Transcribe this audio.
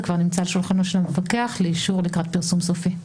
זה כבר נמצא על שולחנו של המפקח לאישור לקראת פרסום סופי.